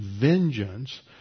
vengeance